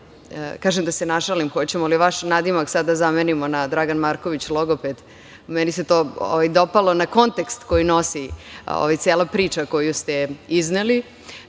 kažem da se našalim, hoćemo li vaš nadimak sada da zamenimo na Dragan Marković – logoped? Meni se to dopalo na kontekst koji nosi ova cela priča koju ste izneli. Vi